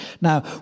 Now